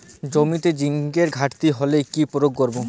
জমিতে জিঙ্কের ঘাটতি হলে কি প্রয়োগ করব?